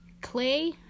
clay